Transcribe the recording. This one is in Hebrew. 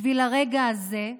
בשביל הרגע הזה,